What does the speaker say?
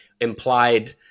implied